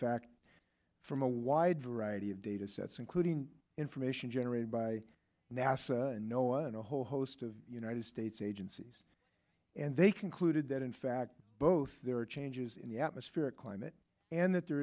fact from a wide variety of datasets including information generated by nasa know in a whole host of united states agencies and they concluded that in fact both there are changes in the atmospheric climate and that there